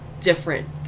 different